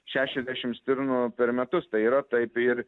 šešiasdešim stirnų per metus tai yra taip ir